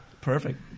Perfect